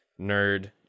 nerd